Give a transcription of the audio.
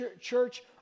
church